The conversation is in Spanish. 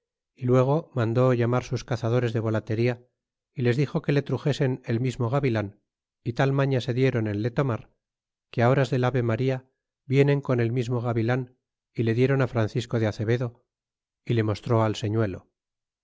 y luego mandó llamar sus cazadores de volatería y les dixo que le truxesen el mismo gavilan y tal maña se dieron en le tomar que horas del ave maría vienen con el mismo gavilart y le dieron francisco de azevedo y le mostró al señuelo